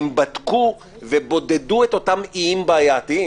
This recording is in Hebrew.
הם בדקו ובודדו את אותם איים בעייתיים.